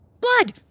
Blood